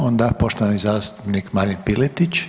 Onda poštovani zastupnik Marin Piletić.